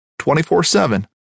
24-7